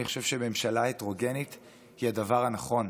אני חושב שממשלה הטרוגנית היא הדבר הנכון,